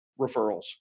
referrals